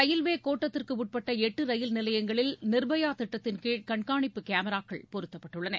ரயில்வேகோட்டத்திற்குட்பட்டளட்டுரயில் நிலையங்களில் நிர்பையாதிட்டத்தின்கீழ் சேலம் கண்காணிப்பு கேமராக்கள் பொருத்தப்பட்டுள்ளன